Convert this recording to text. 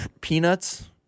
peanuts